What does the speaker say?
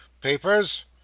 Papers